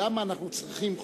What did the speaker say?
למה אנחנו צריכים חוק?